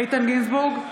איתן גינזבורג,